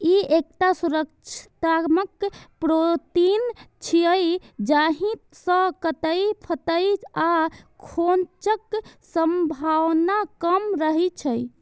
ई एकटा सुरक्षात्मक प्रोटीन छियै, जाहि सं कटै, फटै आ खोंचक संभावना कम रहै छै